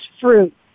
fruit